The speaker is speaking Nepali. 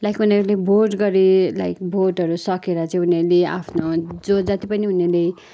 लाइक उनीहरूले भोट गरे लाइक भोटहरू सकेर चाहिँ उनीहरूले आफ्नो जो जति पनि उनीहरूले